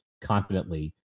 confidently